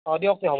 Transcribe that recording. অঁ দিয়ক দে হ'ব